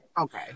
Okay